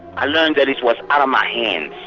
i learned that it was out of my hands.